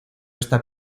esta